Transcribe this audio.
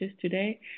today